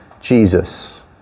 Jesus